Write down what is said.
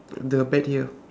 the bet here